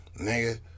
nigga